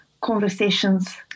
Conversations